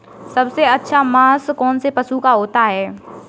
सबसे अच्छा मांस कौनसे पशु का होता है?